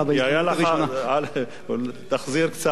תחזיר קצת ממה שהיה.